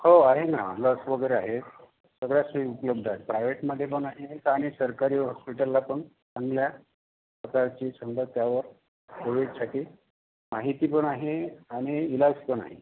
हो आहे ना लस वगैरे आहे सगळ्या सोयी उपलब्ध आहे प्रायव्हेटमध्ये पण आहे आणि सरकारी हॉस्पिटलला पण चांगल्या प्रकारची समजा त्यावर कोविडसाठी माहितीपण आहे आणि इलाजपण आहे